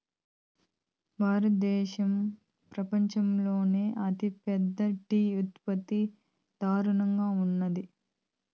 భారతదేశం పపంచంలోనే అతి పెద్ద టీ ఉత్పత్తి దారుగా ఉన్నాది